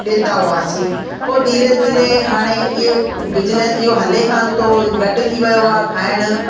ॾींदा हुआसीं पोइ धीरे धीरे हाणे इहे बिजनेस इहो हले कोन थो घटि थी वियो आहे खाइण